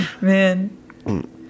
Man